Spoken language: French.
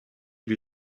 lui